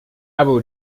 abu